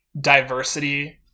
diversity